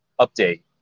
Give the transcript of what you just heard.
update